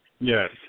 Yes